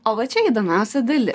o va čia įdomiausia dali